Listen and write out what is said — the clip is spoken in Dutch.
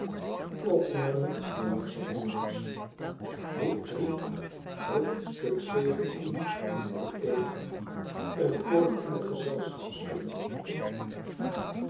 xvh een koor in den gezelschapskring